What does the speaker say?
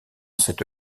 cette